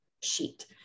sheet